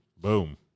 Boom